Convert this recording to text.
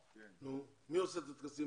מי עושה את הטקסים?